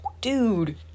dude